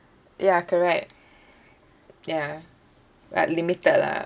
ya correct ya but limited lah